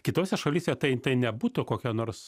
kitose šalyse tai tai nebūtų kokia nors